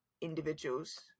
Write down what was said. individuals